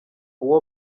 uwo